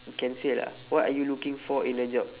can say lah what are you looking for in a job